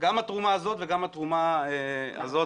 גם התרומה הזאת וגם התרומה הזאת,